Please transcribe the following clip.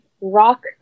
rock